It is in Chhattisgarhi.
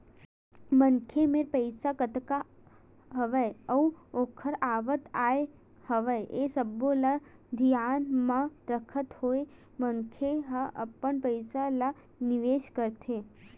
मनखे मेर पइसा कतका हवय अउ ओखर आवक काय हवय ये सब्बो ल धियान म रखत होय मनखे ह अपन पइसा ल निवेस करथे